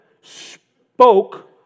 spoke